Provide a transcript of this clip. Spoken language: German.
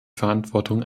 verantwortung